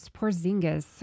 Porzingis